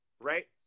right